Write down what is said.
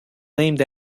named